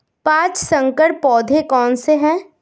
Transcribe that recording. पाँच संकर पौधे कौन से हैं?